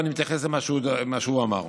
ואני מתייחס למה שהוא אמר.